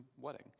wedding